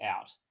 out